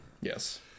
Yes